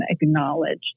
acknowledge